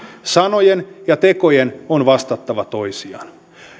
sanojen ja tekojen on vastattava toisiaan